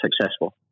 successful